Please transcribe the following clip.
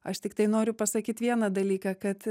aš tiktai noriu pasakyt vieną dalyką kad